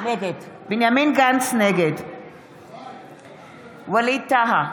נגד ווליד טאהא,